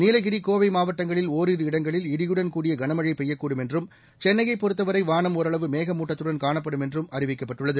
நீலகிரி கோவை மாவட்டங்களில் ஓரிரு இடங்களில் இடியுடன் கூடிய கனமழை பெய்யக்கூடும் என்றும் சென்னையைப் பொறுத்தவரை வானம் ஒரளவு மேகமுட்டத்துடன் காணப்படும் என்றும் அறிவிக்கப்பட்டுள்ளது